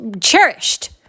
cherished